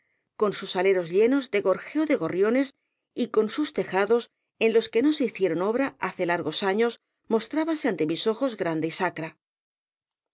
con sus aleros llenos de gorejo de gorriones y con sus tejados en los que no se hicieron obra hace largos años mostrábase ante mis ojos grande y sacra